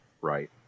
right